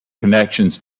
connections